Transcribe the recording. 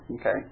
Okay